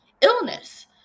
illness